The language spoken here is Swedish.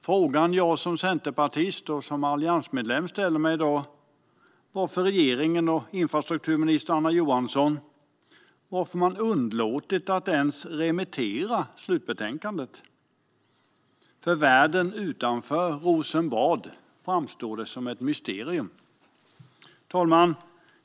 Frågan jag som Centerpartist och alliansmedlem i dag ställer mig är varför regeringen och infrastrukturminister Anna Johansson har underlåtit att ens remittera slutbetänkandet. För världen utanför Rosenbad framstår detta som ett mysterium. Herr talman!